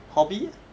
hobby